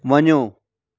वञो